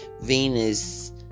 Venus